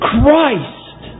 Christ